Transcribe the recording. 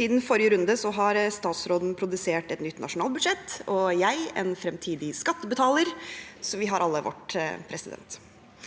Siden forrige runde har stats råden produsert et nytt nasjonalbudsjett og jeg en fremtidig skattebetaler – vi har alle vårt. Neste